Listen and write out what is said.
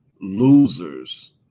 Losers